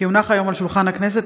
כי הונח היום על שולחן הכנסת,